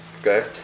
okay